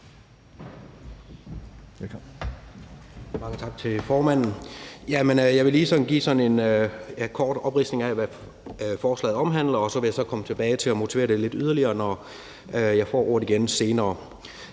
tak til formanden. Jeg vil lige give sådan en kort opridsning af, hvad forslaget omhandler, og så vil jeg komme tilbage til og motivere det lidt yderligere, når jeg får ordet igen senere.